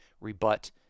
rebut